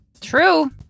True